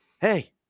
Hey